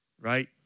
right